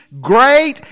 great